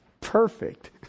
perfect